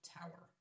tower